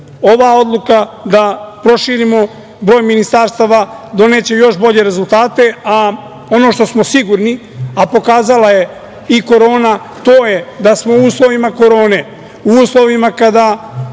ova odluka da proširimo broj ministarstava će doneti još bolje rezultate, a ono što smo sigurno, a pokazala je i Korona, to je da smo u uslovima Korone, u uslovima kada